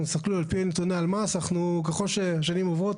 על פי נתוני הלמ"ס ככל שהשנים עוברות,